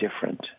different